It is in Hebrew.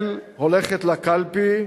ישראל הולכת לקלפי,